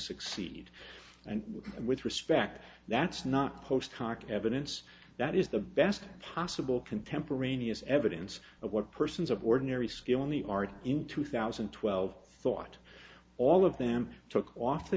succeed and with respect that's not post hoc evidence that is the best possible contemporaneous evidence of what persons of ordinary skill in the arts in two thousand and twelve thought all of them took off the